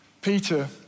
Peter